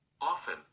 Often